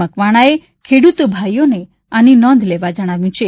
મકવાણાએ ખેડૂતભાઈઓને આની નોંધ લેવા જણાવ્યું છે